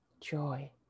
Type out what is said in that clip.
joy